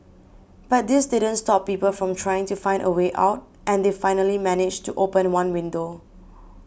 but this didn't stop people from trying to find a way out and they finally managed to open one window